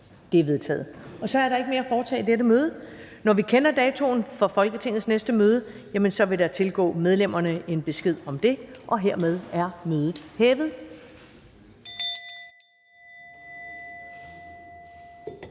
(Karen Ellemann): Der er ikke mere at foretage i dette møde. Når vi kender datoen for Folketingets næste møde, vil der tilgå medlemmerne en besked om det. Mødet er hævet.